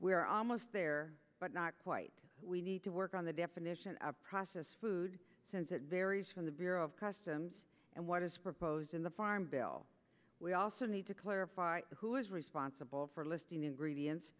are almost there but not quite we need to work on the definition of process food since it varies from the bureau of customs and what is proposed in the farm bill we also need to clarify who is responsible for listing the ingredients